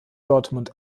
dortmund